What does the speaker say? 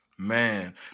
Man